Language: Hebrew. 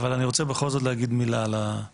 אבל בכל זאת אני רוצה להגיד מילה גם